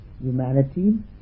humanity